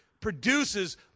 produces